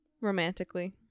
Romantically